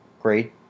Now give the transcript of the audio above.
Great